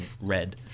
red